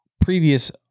previous